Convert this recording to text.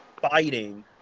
fighting